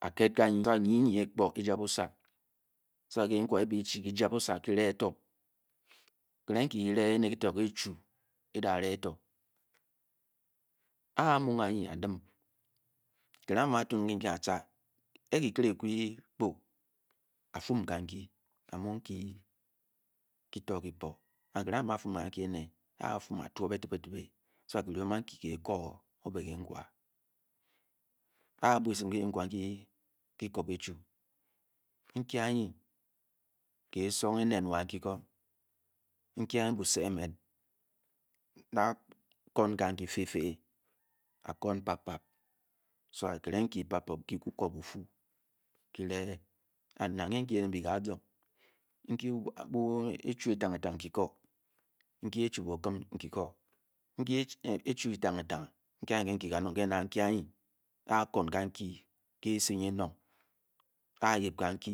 Atued hanye so ibat mye mu mu anye keja bosa so ibat kentuwa ke ja bu sa kele ke tor nke achu ateng ateng inketu because nke ba yep kan ke